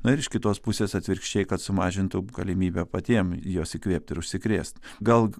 na ir iš kitos pusės atvirkščiai kad sumažintų galimybę patiem juos įkvėpt ir užsikrėst gal